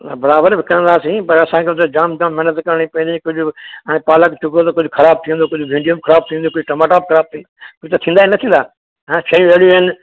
बराबरु विकणंदासीं पर असां खे बि त हुते जामु जामु महिनत करिणी पवे थी कुझु हाणे पालक छुॻो कुझु ख़राबु थी वेंदो कुझु भींडियूं बि ख़राबु थींदियूं कुझु टमाटा बि ख़राबु थी थींदा कुझु थींदा ऐं न थींदा हां शयूं अहिड़ियूं आहिनि